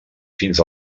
fins